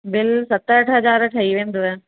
bill सत अठ हज़ार ठही वेंदव